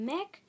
Mac